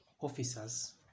officers